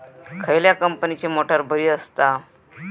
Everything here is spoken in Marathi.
खयल्या कंपनीची मोटार बरी असता?